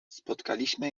spotkaliśmy